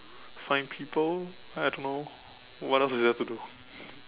find people I don't know what else is there to do